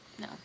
No